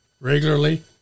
regularly